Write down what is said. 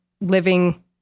living